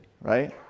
right